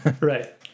Right